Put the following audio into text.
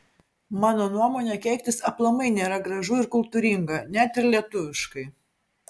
mano nuomone keiktis aplamai nėra gražu ir kultūringa net ir lietuviškai